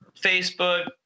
Facebook